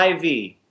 IV